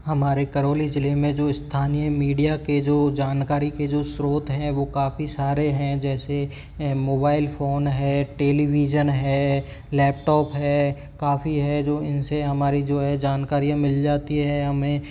हमारे करौली जिले में जो स्थानीय मीडिया के जो जानकारी के जो स्रोत हैं वो काफ़ी सारे हैं जैसे मोबाइल फ़ोन है टेलीविज़न है लैपटॉप है काफ़ी है जो इनसे हमारी जो है जानकारियाँ मिल जाती है हमें